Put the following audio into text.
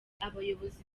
abayobozi